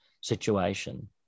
situation